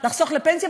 לחסוך לפנסיה,